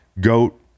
goat